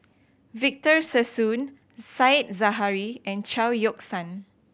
Victor Sassoon Said Zahari and Chao Yoke San